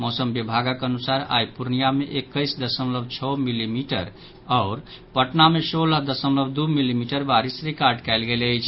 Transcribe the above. मौसम विभागक अनुसार आइ पूर्णिया मे एक्कैस दशमलव छओ मिलमीटर आओर पटना मे सोलह दशमलव दू मिलीमीटर बारिश रिकॉर्ड कयल गेल अछि